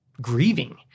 grieving